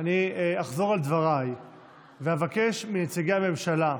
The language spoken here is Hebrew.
אחזור על דבריי ואבקש מנציגי הממשלה,